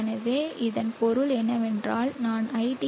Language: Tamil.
எனவே இதன் பொருள் என்னவென்றால் நான் iT